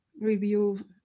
review